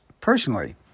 personally